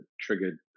triggered